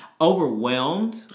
overwhelmed